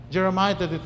Jeremiah